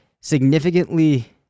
significantly